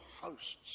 hosts